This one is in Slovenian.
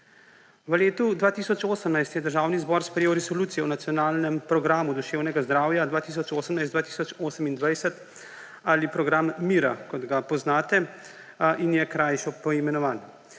V letu 2018 je Državni zbor sprejel Resolucijo o nacionalnem programu duševnega zdravja 2018−2028 ali program Mira, kot ga poznate in je krajše poimenovan.